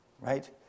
Right